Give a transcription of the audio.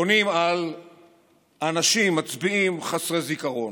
בונים על אנשים, מצביעים, חסרי זיכרון.